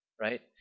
right